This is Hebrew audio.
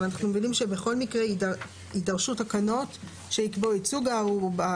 אבל אנחנו מבינים שבכל מקרה יידרשו תקנות שיקבעו את סוג הערובה,